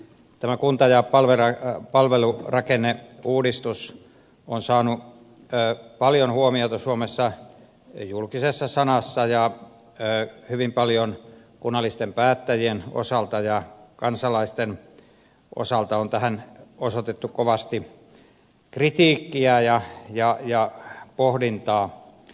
tämä kunta ja palvelurakenneuudistus on saanut paljon huomiota suomessa julkisessa sanassa ja hyvin paljon kunnallisten päättäjien osalta ja kansalaisten osalta on tähän osoitettu kovasti kritiikkiä ja pohdintaa